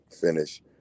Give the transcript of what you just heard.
finish